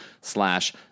Slash